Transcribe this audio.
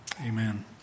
amen